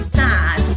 sad